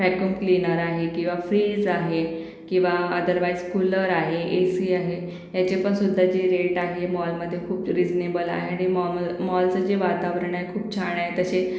vacuum cleaner आहे किंवा fridge आहे किंवा अदरवाईच कुल्लर आहे ए सी आहे याचेपण सुद्धा जे रेट आहे मॉलमध्ये खूप रिजनेबल आहे आणि मॉल मॉलचं जे वातावरण आहे खूप छान आहे तसे